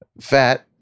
fat